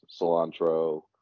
cilantro